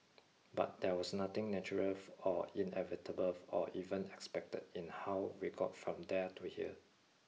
but there was nothing natural or inevitable or even expected in how we got from there to here